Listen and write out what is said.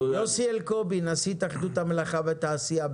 יוסי אלקובי, נשיא התאחדות המלאכה והתעשייה.